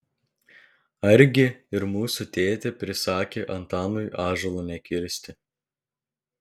argi ir mūsų tėtė prisakė antanui ąžuolo nekirsti